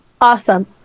Awesome